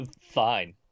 Fine